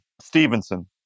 Stevenson